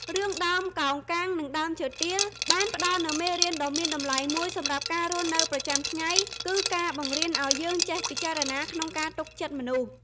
រឿង "ដើមកោងកាងនិងដើមឈើទាល" បានផ្តល់នូវមេរៀនដ៏មានតម្លៃមួយសម្រាប់ការរស់នៅប្រចាំថ្ងៃ គឺការបង្រៀនឲ្យយើងចេះពិចារណាក្នុងការទុកចិត្តមនុស្ស។